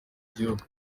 gihugu